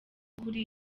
ukuri